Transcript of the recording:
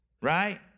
right